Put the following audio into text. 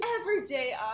everyday